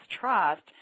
trust